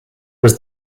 was